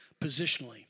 positionally